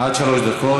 עד שלוש דקות.